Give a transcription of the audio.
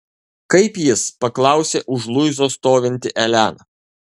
kaip jis paklausė už luizos stovinti elena